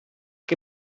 che